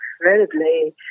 incredibly